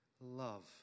love